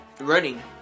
Running